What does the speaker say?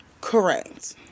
Correct